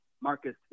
Marcus